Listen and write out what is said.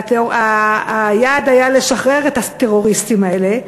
היעד היה לשחרר את הטרוריסטים האלה,